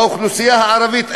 באוכלוסייה הערבית?